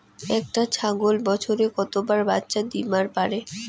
একটা ছাগল বছরে কতবার বাচ্চা দিবার পারে?